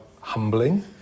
humbling